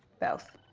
both.